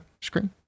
screen